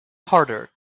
carter